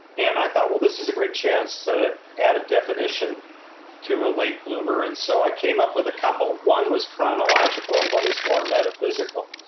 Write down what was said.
and i thought, well, this is a great chance to add a definition to a late bloomer. and so i came up with a couple. one was chronological and one is more metaphysical.